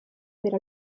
per